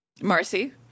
Marcy